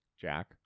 Jack